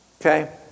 Okay